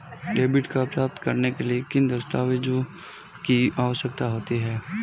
Debit card प्राप्त करने के लिए किन दस्तावेज़ों की आवश्यकता होती है?